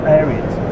areas